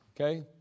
okay